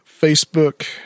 facebook